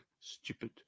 Stupid